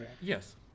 Yes